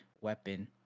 weapon